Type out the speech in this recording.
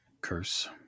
curse